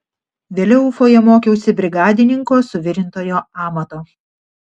vėliau ufoje mokiausi brigadininko suvirintojo amato